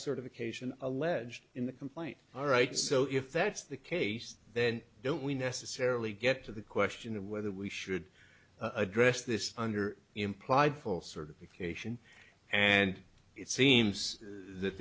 occasion alleged in the complaint all right so if that's the case then don't we necessarily get to the question of whether we should address this under implied full certification and it seems that